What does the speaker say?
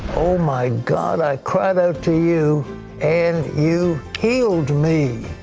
oh my god, i cried out to you and you healed me.